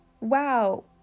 Wow